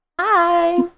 Hi